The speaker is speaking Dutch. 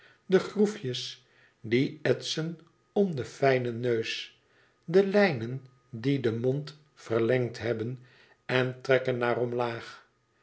de groefjes die etsen om den fijnen neus de lijnen die den mond verlengd hebben en trekken naar omlaag